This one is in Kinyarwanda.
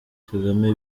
kagame